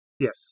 Yes